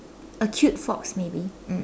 a cute fox maybe mm